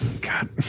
God